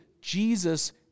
Jesus